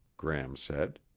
gram said.